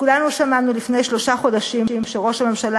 כולנו שמענו לפני שלושה חודשים שראש הממשלה